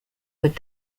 would